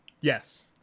Yes